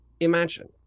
Imagine